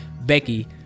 Becky